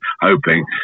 hoping